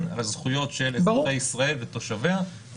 על הזכויות של אזרחי ישראל ותושביה.